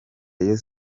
rayon